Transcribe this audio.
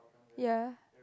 ya